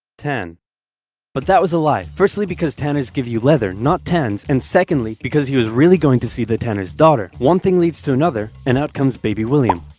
tan but that was a lie. firstly because tanners give you leather, not tans, and secondly, because he was really going to see the tanner's daughter. one thing leads to another, and out comes baby william.